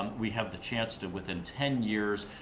um we have the chance to, within ten years,